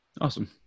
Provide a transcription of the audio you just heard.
Awesome